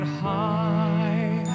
high